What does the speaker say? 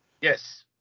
yes